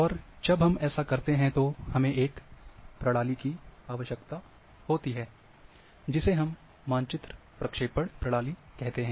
और जब हम ऐसा करते हैं तो हमें एक प्रणाली की आवश्यकता होती है जिसे हम मानचित्र प्रक्षेपण प्रणाली कहते हैं